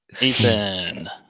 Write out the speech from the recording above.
Ethan